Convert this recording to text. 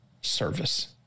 service